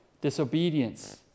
disobedience